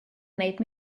made